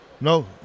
No